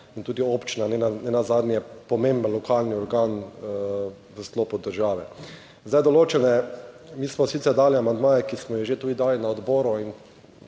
in tudi občina nenazadnje pomemben lokalni organ v sklopu države. Zdaj določene, mi smo sicer dali amandmaje, ki smo jih že tudi dali na odboru in